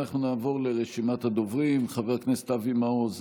אנחנו נעבור לרשימת הדוברים: חבר הכנסת אבי מעוז,